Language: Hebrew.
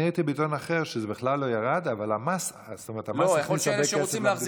אני ראיתי בעיתון אחר שזה בכלל לא ירד אבל המס הכניס הרבה כסף למדינה.